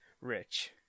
rich